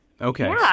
Okay